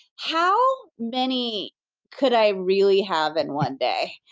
how many could i really have in one day?